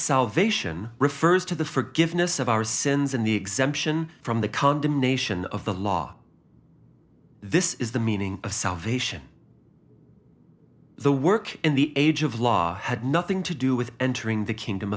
salvation refers to the forgiveness of our sins and the exemption from the condemnation of the law this is the meaning of salvation the work in the age of law had nothing to do with entering the kingdom